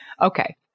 Okay